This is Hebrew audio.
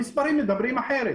המספרים מדברים אחרת.